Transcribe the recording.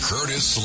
Curtis